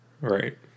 Right